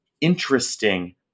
interesting